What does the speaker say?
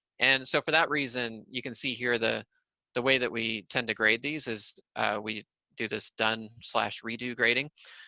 and so, for that reason, you can see here the the way that we tend to grade these is we do this done so redo grading.